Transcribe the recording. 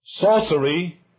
Sorcery